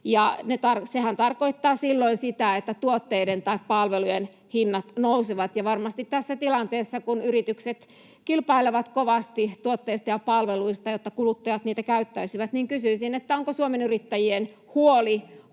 tarkoittaa silloin sitä, että tuotteiden tai palvelujen hinnat nousevat. Tässä tilanteessa, kun yritykset varmasti kilpailevat kovasti tuotteista ja palveluista, jotta kuluttajat niitä käyttäisivät, kysyisin, onko Suomen Yrittäjien huoli